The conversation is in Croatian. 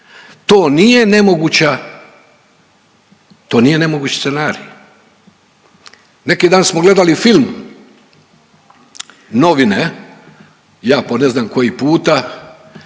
naših susjeda, to nije nemoguć scenarij. Neki dan smo gledali film Novine, ja po ne znam koji puta